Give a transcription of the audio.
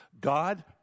God